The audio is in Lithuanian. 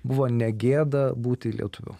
buvo negėda būti lietuviu